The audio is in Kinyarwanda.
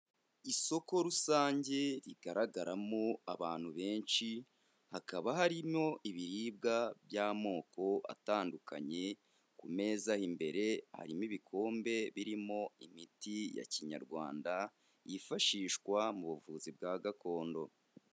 Isoko rusange rigaragaramo abantu benshi, hakaba harimo ibiribwa by'amoko atandukanye, ku meza imbere harimo ibikombe birimo imiti ya kinyarwanda, yifashishwa mu buvuzi bwa gakondo.